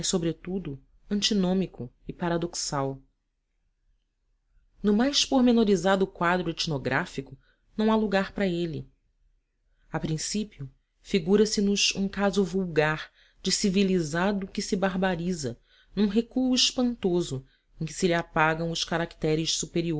sobretudo antinômico e paradoxal no mais pormenorizado quadro etnográfico não há um lugar para ele a princípio figurase nos um caso vulgar de civilizado que se barbariza num recuo espantoso em que se lhe apagam os caracteres